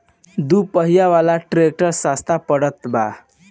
दू पहिया वाला ट्रैक्टर सस्ता पड़त बा